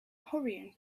hurrying